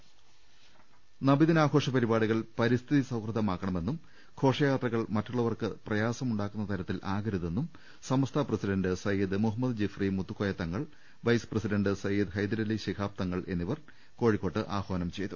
പദരശ്ശിക്കു നബിദിനാഘോഷ പരിപാടികൾ പരിസ്ഥിതി സൌഹൃദമാകണമെന്നും ഘോഷയാത്രകൾ മറ്റുള്ളവർക്ക് പ്രയാസമുണ്ടാക്കുന്ന തരത്തിലാകരുതെന്നും Samastha president Sayyid Muhammad Jifri Muthukoya Thangal vice president Sayyid Hyderali Shihab Thangal എന്നിവർ കോഴിക്കോട്ട് ആഹ്വാനം ചെയ്തു